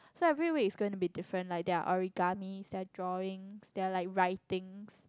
so every week is going to be different like their origamis their drawings their like writings